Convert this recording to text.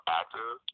active